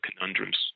conundrums